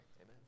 Amen